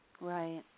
right